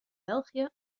belgië